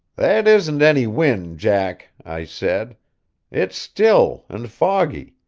that isn't any wind, jack, i said it's still and foggy.